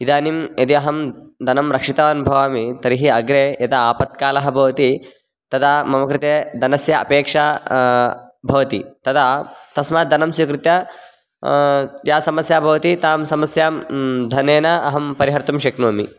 इदानीं यदि अहं धनं रक्षितवान् भवामि तर्हि अग्रे यदा आपत्कालः भवति तदा मम कृते धनस्य अपेक्षा भवति तदा तस्मात् धनं स्वीकृत्य या समस्या भवति तां समस्यां धनेन अहं परिहर्तुं शक्नोमि